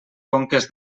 conques